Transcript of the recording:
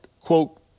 quote